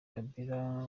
kabila